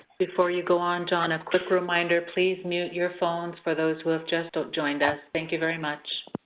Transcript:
before you go on, john, a quick reminder. please mute your phones for those who have just joined us. thank you very much.